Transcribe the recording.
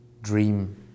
dream